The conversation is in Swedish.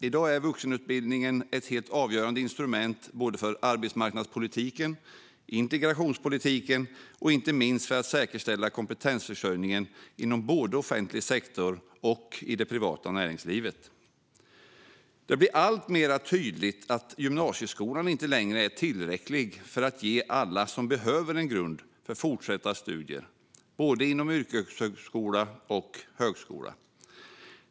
I dag är vuxenutbildningen ett helt avgörande instrument både för arbetsmarknadspolitiken, för integrationspolitiken och inte minst för att säkerställa kompetensförsörjningen både inom offentlig sektor och i det privata näringslivet. Det blir alltmer tydligt att gymnasieskolan inte längre är tillräcklig för att ge alla som behöver det en grund för fortsatta studier, både inom yrkeshögskola och inom högskola.